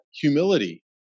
humility